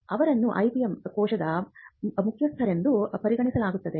ಅವರನ್ನು IPM ಕೋಶದ ಮುಖ್ಯಸ್ಥರೆಂದು ಪರಿಗಣಿಸಲಾಗುತ್ತದೆ